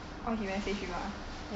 orh he message you ah